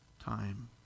time